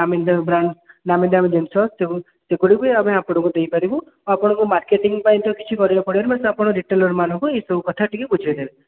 ନାମିଦାମୀ brand ନାମିଦାମୀ ଜିନିଷ ଯେଉଁ ସେଗୁଡିକୁ ବି ଆମେ ଆପଣଙ୍କୁ ଦେଇ ପାରିବୁ ଆପଣଙ୍କୁ ମାର୍କେଟିଂ ପାଇଁ ତ କିଛି କରିବାକୁ ପଡ଼ିବନି ବାସ୍ ଆପଣ ରିଟେଲର୍ମାନଙ୍କୁ ଏହି ସବୁ କଥା ଟିକିଏ ବୁଝାଇଦେବେ